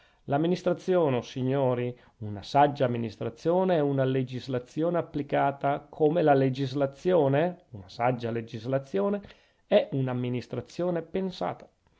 l'amministrazione o signori una saggia amministrazione è una legislazione applicata come la legislazione una saggia legislazione è una amministrazione pensata